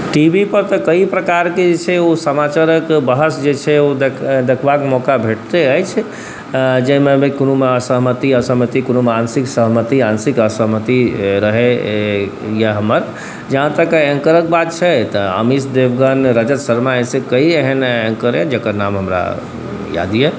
T V पर तऽ कएक प्रकारके जे छै ओ समाचारके बहस जे छै ओ देखबाके मौका भेटिते अछि जाहिमे कोनोमे सहमति असहमति कोनोमे आंशिक सहमति आंशिक असहमति रहैए हमर जहाँ तक एन्करके बात छै तऽ अमीष देवगन रजत शर्मा जइसे कएक एन्कर अइ जकर नाम हमरा याद अइ